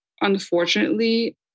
Unfortunately